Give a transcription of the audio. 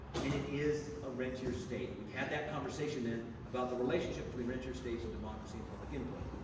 and it is a rentier state. and we've had that conversation, then, about the relationship between rentier states and democracy and public input.